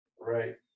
right